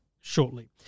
shortly